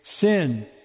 sin